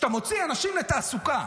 שאתה מוציא אנשים לתעסוקה,